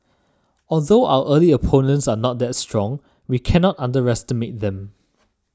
although our early opponents are not that strong we can not underestimate them